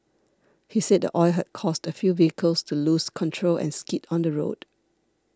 he said the oil had caused a few vehicles to lose control and skid on the road